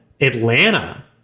Atlanta